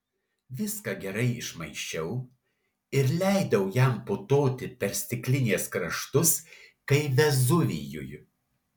viską gerai išmaišiau ir leidau jam putoti per stiklinės kraštus kaip vezuvijui